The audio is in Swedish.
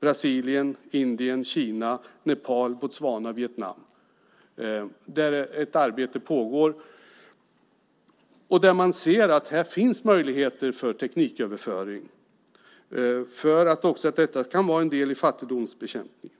Brasilien, Indien, Kina, Nepal, Botswana och Vietnam. Där pågår ett arbete, och man ser att här finns möjligheter till tekniköverföring och att detta kan vara en del i fattigdomsbekämpningen.